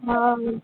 हां